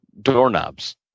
doorknobs